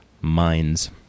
minds